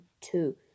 two